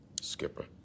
Skipper